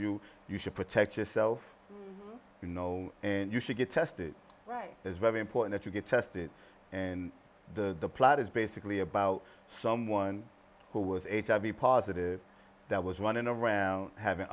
you you should protect yourself you know and you should get tested right it's very important that you get tested and the plot is basically about someone who was a to be positive that was running around having